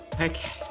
Okay